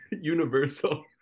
universal